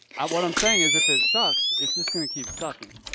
what i'm saying is if it sucks, it's just going to keep sucking.